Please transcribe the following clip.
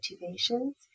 motivations